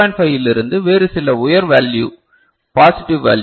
5 இலிருந்து வேறு சில உயர் வேல்யு பாசிடிவ் வேல்யு